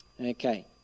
Okay